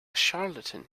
charlatan